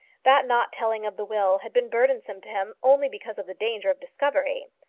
that not telling of the will had been burdensome to him only because of the danger of discovery.